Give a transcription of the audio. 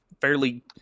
fairly